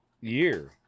year